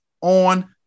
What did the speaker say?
on